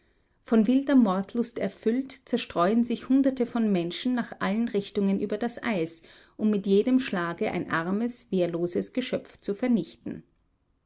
von wilder mordlust erfüllt zerstreuen sich hunderte von menschen nach allen richtungen über das eis um mit jedem schlage ein armes wehrloses geschöpf zu vernichten